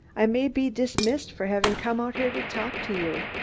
i may be dismissed for having come out here to talk to you.